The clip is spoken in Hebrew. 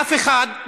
אף אחד,